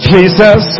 Jesus